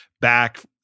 back